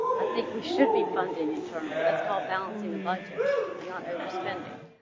i think we should be funding internally that's called balancing the budget and not over spending.